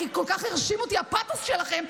כי כל כך הרשים אותי הפתוס שלכם,